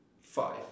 five